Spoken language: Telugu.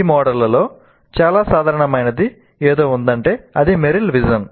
ఈ మోడళ్లలో చాలా సాధారణమైనది ఏదో ఉందంటే అది మెరిల్ విజన్